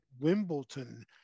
Wimbledon